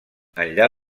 enllà